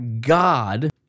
god